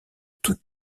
tous